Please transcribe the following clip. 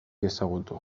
ezagutu